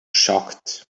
shocked